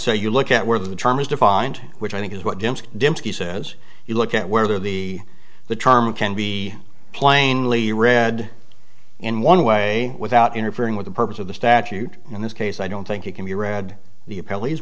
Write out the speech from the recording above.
say you look at where the term is defined which i think is what dembski says you look at where the the term can be plainly read in one way without interfering with the purpose of the statute in this case i don't think it can be